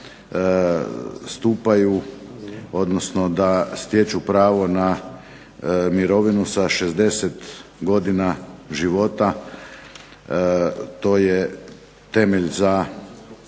zakonom da stječu pravo na mirovinu sa 60 godina života, to je temelj za